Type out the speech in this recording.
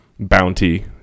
bounty